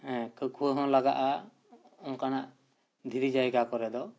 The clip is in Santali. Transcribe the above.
ᱦᱮᱸ ᱠᱟᱹᱠᱷᱩᱣᱟᱹ ᱦᱚᱸ ᱞᱟᱜᱟᱜᱼᱟ ᱚᱱᱠᱟᱱᱟᱜ ᱫᱷᱤᱨᱤ ᱡᱟᱭᱜᱟ ᱠᱚᱨᱮ ᱫᱚ